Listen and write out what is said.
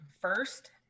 first